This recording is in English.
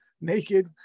naked